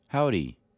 Howdy